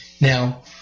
Now